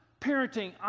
parenting